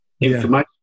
information